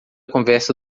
conversa